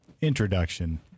introduction